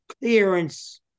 clearance